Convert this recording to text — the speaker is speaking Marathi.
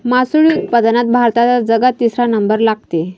मासोळी उत्पादनात भारताचा जगात तिसरा नंबर लागते